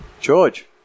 George